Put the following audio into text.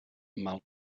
mal